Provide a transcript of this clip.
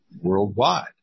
worldwide